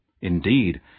Indeed